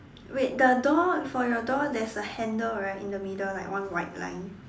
wait the door for your door there's a handle right in the middle like one white line